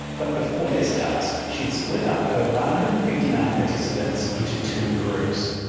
but before this task, she'd split up her one hundred and fifty nine participants into two groups.